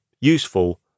useful